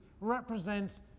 represent